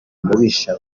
mubisha